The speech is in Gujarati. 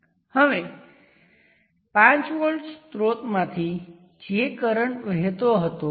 આપણી પાસે વોલ્ટેજ સોર્સ અને કરંટ સોર્સ છે